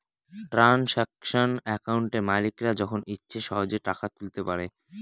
transaction একাউন্টে মালিকরা যখন ইচ্ছে সহেজে টাকা তুলতে পারে